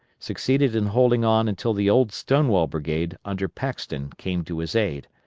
succeeded in holding on until the old stonewall brigade under paxton came to his aid,